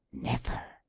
never.